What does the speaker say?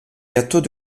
gâteaux